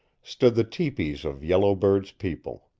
stood the tepees of yellow bird's people.